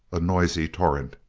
a noisy torrent.